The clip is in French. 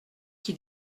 qui